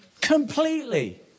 Completely